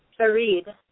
Fareed